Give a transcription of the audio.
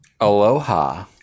Aloha